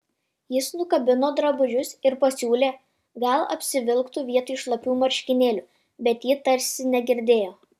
jis nukabino drabužius ir pasiūlė gal apsivilktų vietoj šlapių marškinėlių bet ji tarsi negirdėjo